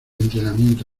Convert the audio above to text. entrenamiento